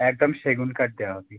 একদম সেগুন কাঠ দেওয়া হবে